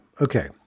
okay